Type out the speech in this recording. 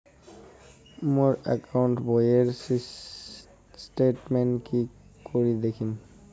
মোর account বইয়ের statement কি করি দেখিম?